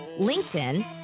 LinkedIn